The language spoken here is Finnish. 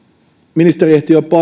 ministeri ehti jo